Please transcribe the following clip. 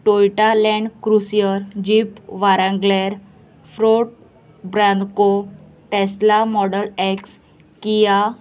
Toyota Land Cruiser Jeep Wrangler Ford Bronco Tesla Model X Kia